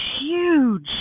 huge